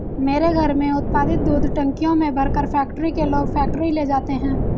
मेरे घर में उत्पादित दूध टंकियों में भरकर फैक्ट्री के लोग फैक्ट्री ले जाते हैं